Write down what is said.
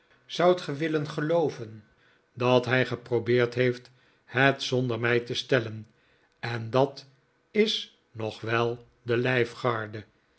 zoudt ge willen gelooven dat hij geprobeerd heeft het zonder mij te stellen en dat is nog wel in de